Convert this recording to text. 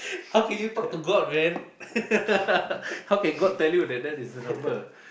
how can you talk to god man how can god tell you that that is the number